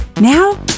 Now